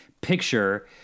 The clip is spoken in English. picture